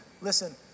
listen